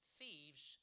thieves